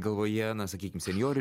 galvoje na sakykim senjorai